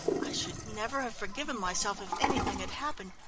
i should never have forgiven myself if anything had happened.